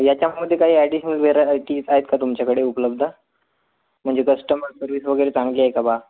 याच्यामध्ये काही additional varieties आहेत का तुमच्याकडे उपलब्ध म्हणजे कस्टमर सर्विस वगैरे चांगली आहे का बा